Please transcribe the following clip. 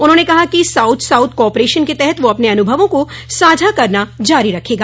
उन्होंने कहा कि साउथ साउथ कोऑपरेशन के तहत वह अपने अनुभवों को साझा करना जारी रखेगा